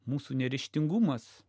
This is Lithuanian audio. mūsų neryžtingumas